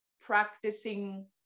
practicing